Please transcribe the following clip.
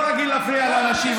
אני לא רגיל להפריע לאנשים,